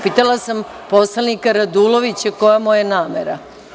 Pitala sam poslanika Radulovića koja mu je namera.